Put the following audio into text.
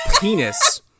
penis